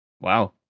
wow